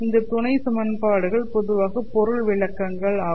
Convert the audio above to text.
இந்த துணை சமன்பாடுகள் பொதுவாக பொருள் விளக்கங்கள் ஆகும்